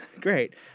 Great